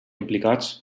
implicats